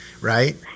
right